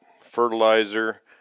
fertilizer